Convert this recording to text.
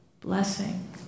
blessing